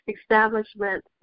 establishment